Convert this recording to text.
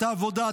את העבודה,